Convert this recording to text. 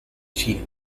china